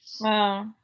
Wow